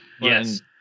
Yes